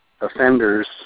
offenders